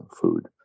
food